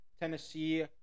Tennessee